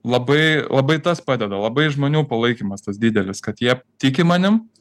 labai labai tas padeda labai žmonių palaikymas didelis kad jie tiki manim